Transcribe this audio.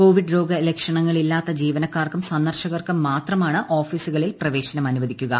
Covid രോഗ ലക്ഷണങ്ങളില്ലാത്ത ജീവനക്കാർക്കും സന്ദർശകർക്കും മാത്രമാണ് ഓഫീസുകളിൽ പ്രവ്യേശനം അനുവദിക്കുക